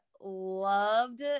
loved